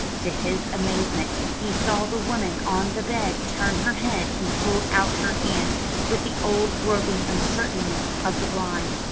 to his amazement, he saw the woman on the bed turn her head and hold out her hand with the old groping uncertainty of the blind.